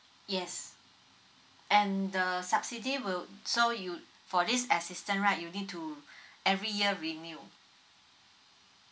yes and the subsidy will so you for this assistance right you need to every year renew